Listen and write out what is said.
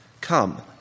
Come